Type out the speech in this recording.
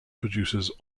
produces